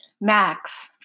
Max